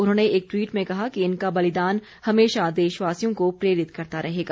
उन्होंने एक ट्वीट में कहा कि इनका बलिदान हमेशा देशवासियों को प्रेरित करता रहेगा